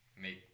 make